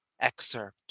excerpt